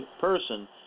person